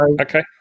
Okay